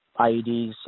IEDs